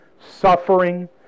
suffering